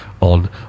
on